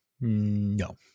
no